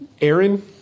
Aaron